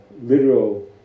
literal